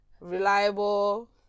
Reliable